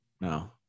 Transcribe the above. No